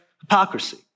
hypocrisy